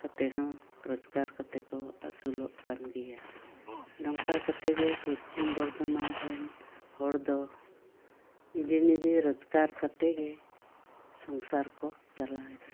ᱠᱟᱛᱮ ᱦᱚᱸ ᱨᱳᱡᱽᱜᱟᱨ ᱠᱟᱛᱮᱜ ᱠᱚ ᱟᱹᱥᱩᱞᱚᱜ ᱠᱟᱱ ᱜᱮᱭᱟ ᱱᱚᱝᱠᱟ ᱠᱟᱛᱮᱜ ᱜᱮ ᱯᱚᱥᱪᱤᱢ ᱵᱚᱨᱫᱷᱚᱢᱟᱱ ᱨᱮᱱ ᱦᱚᱲ ᱫᱚ ᱱᱤᱡᱮ ᱱᱤᱡᱮ ᱨᱳᱡᱽᱜᱟᱨ ᱠᱟᱛᱮ ᱜᱮ ᱥᱚᱝᱥᱟᱨ ᱠᱚ ᱪᱟᱞᱟᱣ ᱮᱫᱟ